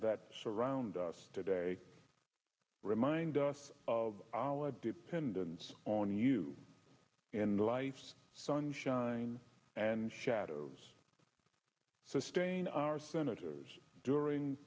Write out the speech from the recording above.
that surround us today remind us of our dependence on you and life's sunshine and shadows sustain our senators during